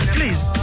Please